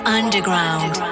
underground